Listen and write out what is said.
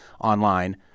online